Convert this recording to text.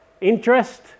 interest